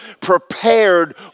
prepared